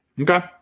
Okay